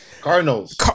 Cardinals